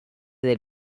del